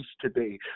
today